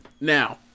Now